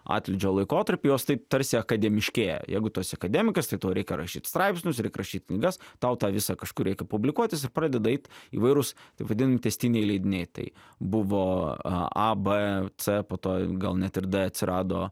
atlydžio laikotarpiu jos taip tarsi akademiškėja jeigu tu esi akademikas tai tau reikia rašyt straipsnius ir reik rašyt knygas tau tą visą kažkur reikia publikuotis ir pradeda eit įvairūs taip vadinami tęstiniai leidiniai tai buvo a a b c po to gal net ir d atsirado